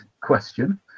question